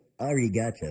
Arigato